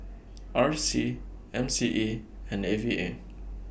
R C M C E and A V A